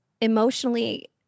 emotionally